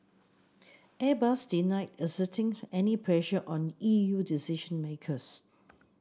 Airbus denied exerting any pressure on E U decision makers